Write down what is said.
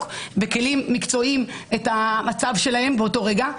בכלים מקצועיים את המצב שלהם באותו רגע.